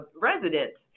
residents